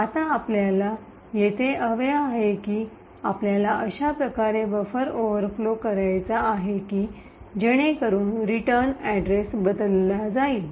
आता आपल्याला येथे हवे आहे की आपल्याला अशा प्रकारे बफर ओव्हरफ्लो करायचा आहे की जेणेकरुन रिटर्न अड्रेस बदलला जाईल